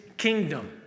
kingdom